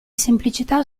semplicità